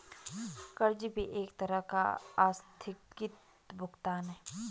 कर्ज भी एक तरह का आस्थगित भुगतान है